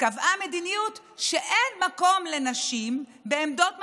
קבעה מדיניות שאין מקום לנשים בעמדות מפתח,